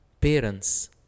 parents